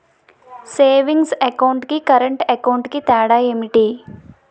Savings account కి current account కి తేడా ఏమిటి?